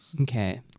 Okay